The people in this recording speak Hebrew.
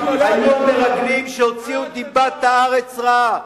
החטא השני של ישראל במדבר היה של המרגלים שהוציאו דיבת הארץ רעה.